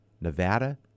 Nevada